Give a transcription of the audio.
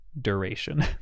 duration